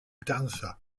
dancer